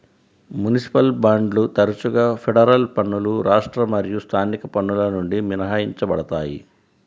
municipal బాండ్లు తరచుగా federal పన్నులు రాష్ట్ర మరియు స్థానిక పన్నుల నుండి మినహాయించబడతాయి